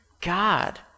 God